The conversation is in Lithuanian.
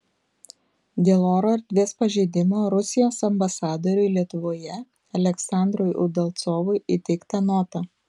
dėl oro erdvės pažeidimo rusijos ambasadoriui lietuvoje aleksandrui udalcovui įteikta nota